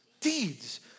Deeds